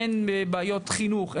הן בבעיות חינוך,